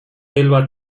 elba